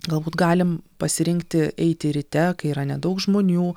galbūt galim pasirinkti eiti ryte kai yra nedaug žmonių